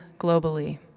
globally